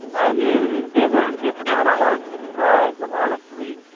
i mean, it was it's kind of hard to describe honestly.